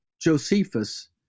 Josephus